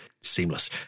seamless